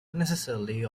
necessarily